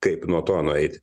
kaip nuo to nueiti